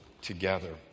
together